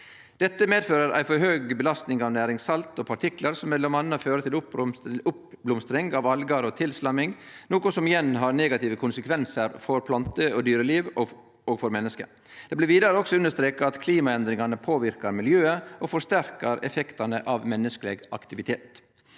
Dette medfører ei for høg belastning av næringssalt og partiklar, som m.a. fører til oppblomstring av algar og tilslamming, noko som igjen har negative konsekvensar for plante- og dyreliv og for menneske. Vidare blir det understreka at klimaendringane påverkar miljøet og forsterkar effektane av menneskeleg aktivitet.